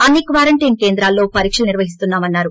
అన్ని క్వారంటైన్ కేంద్రాల్లో పరీక్షలు నిర్వహిస్తున్న మన్నారు